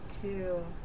Two